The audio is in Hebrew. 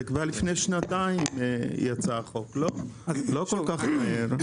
כבר לפני שנתיים יצא החוק אז לא כל כך מהר.